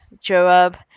Joab